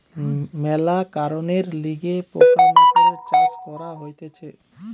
মেলা কারণের লিগে পোকা মাকড়ের চাষ করা হতিছে